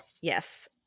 Yes